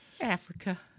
Africa